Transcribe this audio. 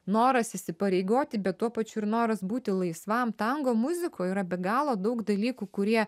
noras įsipareigoti bet tuo pačiu ir noras būti laisvam tango muzikoj yra be galo daug dalykų kurie